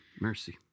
Mercy